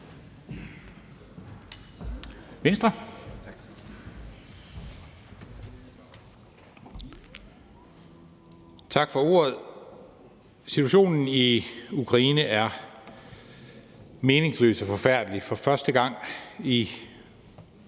Tak for ordet. Situationen i Ukraine er meningsløs og forfærdelig. For første gang i